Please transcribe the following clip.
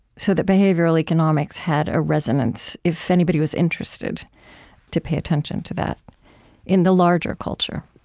so that behavioral economics had a resonance, if anybody was interested to pay attention to that in the larger culture